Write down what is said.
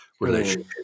relationship